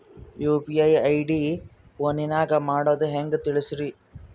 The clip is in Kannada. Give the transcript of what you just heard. ಯು.ಪಿ.ಐ ಐ.ಡಿ ಫೋನಿನಾಗ ಮಾಡೋದು ಹೆಂಗ ತಿಳಿಸ್ರಿ?